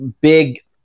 big